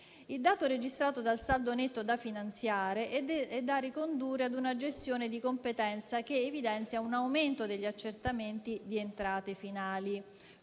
Il dato registrato dal saldo netto da finanziare è da ricondurre a una gestione di competenza che evidenzia un aumento degli accertamenti di entrate finali,